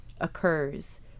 occurs